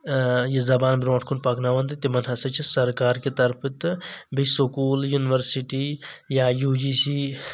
یہِ زبان برونٛٹھ کُن پکناوان تہٕ تِمن ہسا چھ سرکارکہِ طرفہٕ تہٕ بیٚیہِ سکوٗل یونیورسِٹی یا یوٗ جی سی